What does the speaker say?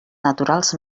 naturals